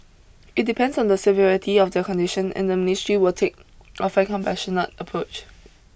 it depends on the severity of their condition and the ministry will take a fair compassionate approach